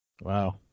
wow